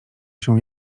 się